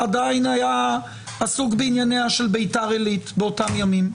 הוא עדיין היה עסוק בענייני ביתר עילית באותם הימים.